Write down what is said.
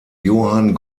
johann